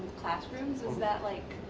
classrooms. is that like